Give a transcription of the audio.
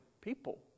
people